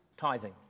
tithing